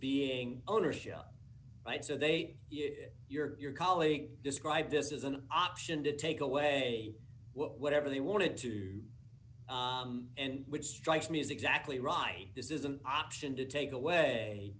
being ownership rights so they say your colleague described this as an option to take away whatever they wanted to and which strikes me as exactly right this is an option to take away